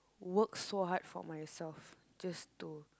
work so hard for myself just to